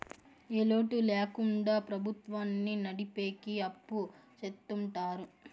ఏ లోటు ల్యాకుండా ప్రభుత్వాన్ని నడిపెకి అప్పు చెత్తుంటారు